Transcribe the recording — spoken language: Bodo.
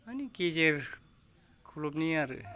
माने गेजेर खलबनि आरो